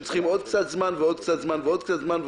צריכים עוד קצת זמן ועוד קצת זמן ועוד קצת זמן,